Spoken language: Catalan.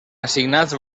assignats